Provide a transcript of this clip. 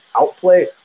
outplay